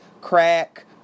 crack